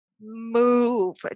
move